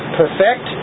perfect